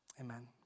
amen